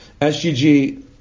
SGG